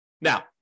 Now-